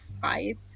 fight